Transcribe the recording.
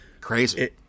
Crazy